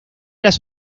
las